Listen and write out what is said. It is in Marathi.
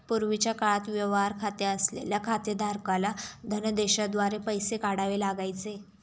पूर्वीच्या काळात व्यवहार खाते असलेल्या खातेधारकाला धनदेशाद्वारे पैसे काढावे लागायचे